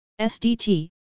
SDT